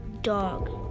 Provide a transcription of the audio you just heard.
dog